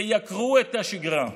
תייקרו את השגרה.